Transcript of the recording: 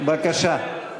בבקשה.